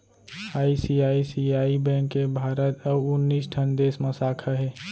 ICICI bank के भारत अउ उन्नीस ठन देस म साखा हे